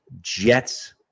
jets